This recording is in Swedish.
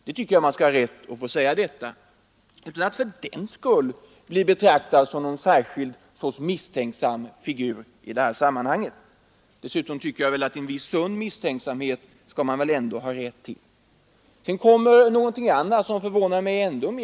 Det tycker jag att man kan ha rätt att få säga utan att fördenskull bli betraktad som någon särskilt misstänksam figur i det här sammanhanget. Dock tycker jag att en viss sund misstänksamhet skall man väl ändå ha rätt till. Sedan kom någonting annat, som förvånade mig ännu mer.